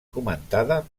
comentada